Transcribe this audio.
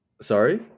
Sorry